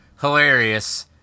hilarious